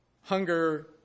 hunger